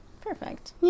Perfect